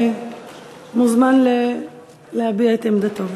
מוזמן להביע את עמדתו.